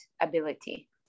ability